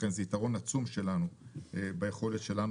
לכן זה יתרון עצום שלנו ביכולת שלנו